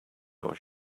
your